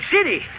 City